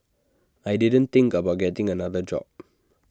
I didn't think about getting another job